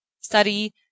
study